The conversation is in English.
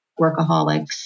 workaholics